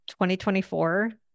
2024